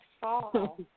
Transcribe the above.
fall